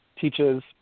teaches